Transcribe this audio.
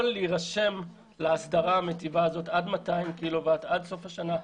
להירשם להסדרה המיטיבה הזאת עד סוף השנה.